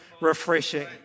refreshing